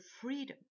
freedom